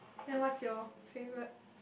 then what's your favourite